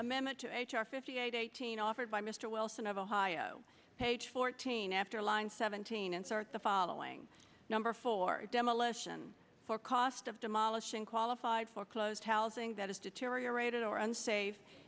amendment to h r fifty eight eighteen offered by mr wilson of ohio page fourteen after line seventeen and start the following number full our demolition for cost of demolishing qualified foreclosed housing that is deteriorated or unsafe